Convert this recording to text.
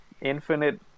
infinite